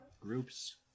groups